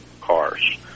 cars